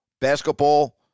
basketball